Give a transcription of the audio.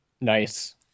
Nice